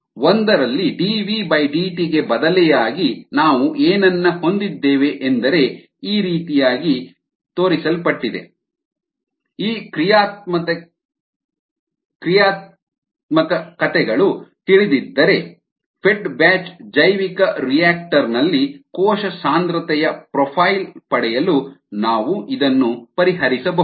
FitdVdt FitdVdt ನಲ್ಲಿ dVdt ಗೆ ಬದಲಿಯಾಗಿ ನಾವು ಏನನ್ನ ಹೊಂದಿದ್ದೇವೆ ಎಂದರೆ FitxitrxVxFitVdxdt Fitxit xrxVVdxdt FitVxit xrxdxdt ಈ ಕ್ರಿಯಾತ್ಮಕತೆಗಳು ತಿಳಿದಿದ್ದರೆ ಫೆಡ್ ಬ್ಯಾಚ್ ಜೈವಿಕರಿಯಾಕ್ಟರ್ ನಲ್ಲಿ ಕೋಶ ಸಾಂದ್ರತೆಯ ಪ್ರೊಫೈಲ್ ಪಡೆಯಲು ನಾವು ಇದನ್ನು ಪರಿಹರಿಸಬಹುದು